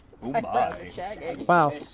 Wow